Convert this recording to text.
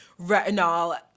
retinol